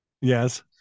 yes